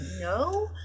No